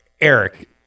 Eric